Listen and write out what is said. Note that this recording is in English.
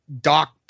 Doc